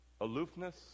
aloofness